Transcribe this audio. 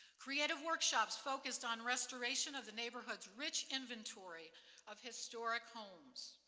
creative workshops focused on restoration of the neighborhood's rich inventory of historic homes.